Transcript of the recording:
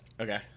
Okay